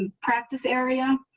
and practice area.